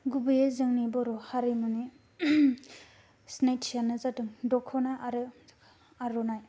गुबैयै जोंनि बर' हारिमुनि सिनायथि आनो जादों दख'ना आरो आर'नाइ